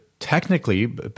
Technically